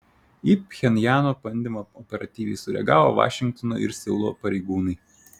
į pchenjano bandymą operatyviai sureagavo vašingtono ir seulo pareigūnai